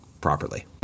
properly